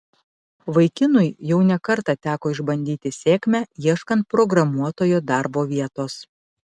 vaikinui jau ne kartą teko išbandyti sėkmę ieškant programuotojo darbo vietos